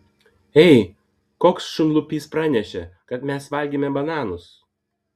ei koks šunlupys pranešė kad mes valgėme bananus